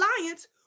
alliance